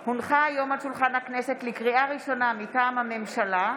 לקריאה ראשונה, מטעם הממשלה: